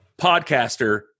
podcaster